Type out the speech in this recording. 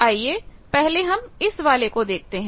आईए पहले हम इस वाले को देखते हैं